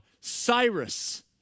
Cyrus